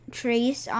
trees